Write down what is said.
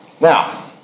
Now